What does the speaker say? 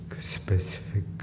specific